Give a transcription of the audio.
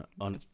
on